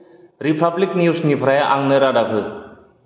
republic निउसनिफ्राय आंनो रादाब हो